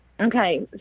Okay